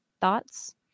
Thoughts